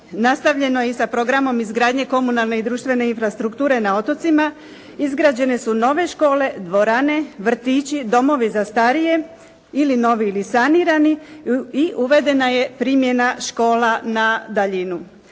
Nastavljeno je i sa programom izgradnje komunalne i društvene strukture na otocima, izgrađene su nove škole, dvorane, vrtići, domovi za starije ili novi ili sanirani i uvedena je primjena škola na daljinu.